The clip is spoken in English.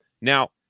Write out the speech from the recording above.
now